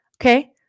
Okay